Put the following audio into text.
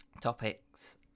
topics